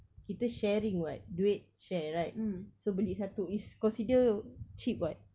kita sharing [what] duit share right so beli satu it's considered cheap [what]